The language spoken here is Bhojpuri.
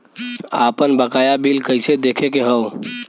आपन बकाया बिल कइसे देखे के हौ?